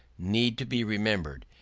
need to be remembered,